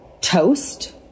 Toast